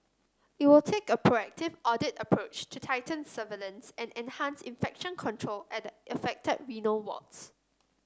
it will take a proactive audit approach to tighten surveillance and enhance infection control at the affected renal wards